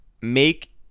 make